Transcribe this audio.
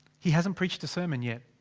he hasn't preached a sermon yet.